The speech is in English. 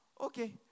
Okay